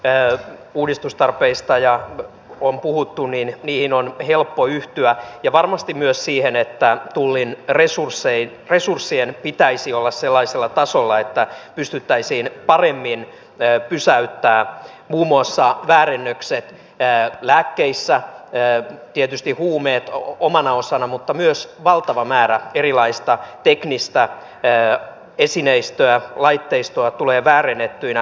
kun tässä hallinnonuudistustarpeista on puhuttu niihin asioihin on helppo yhtyä ja varmasti myös siihen että tullin resurssien pitäisi olla sellaisella tasolla että pystyttäisiin paremmin pysäyttämään muun muassa väärennökset lääkkeissä tietysti huumeet omana osana mutta myös valtava määrä erilaista teknistä esineistöä laitteistoa tulee väärennettyinä